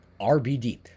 RBD